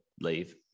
leave